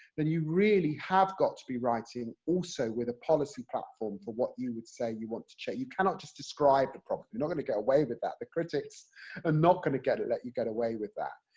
then you really have got to be writing also with a policy platform for what you would say you want to change. you cannot just describe the problem, you're not going to get away with that, the critics are ah not going to get it, let you get away with that.